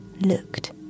looked